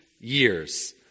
years